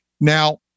Now